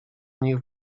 nich